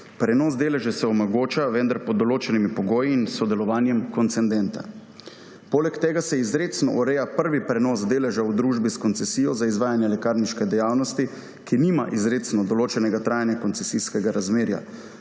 Prenos deleža se omogoča, vendar pod določenimi pogoji in s sodelovanjem koncedenta. Poleg tega se izrecno ureja prvi prenos deleža v družbi s koncesijo za izvajanje lekarniške dejavnosti, ki nima izrecno določenega trajanja koncesijskega razmerja.